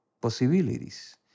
possibilities